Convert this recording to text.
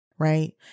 Right